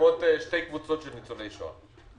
שתי קבוצות של ניצולי שואה.